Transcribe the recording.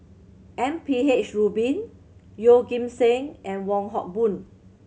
M P H Rubin Yeoh Ghim Seng and Wong Hock Boon